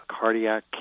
cardiac